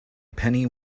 penny